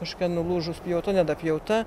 kažkokia nulūžus pjauta nedapjauta